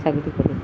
ছাগলী ক'লোঁ